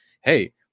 Hey